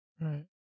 Right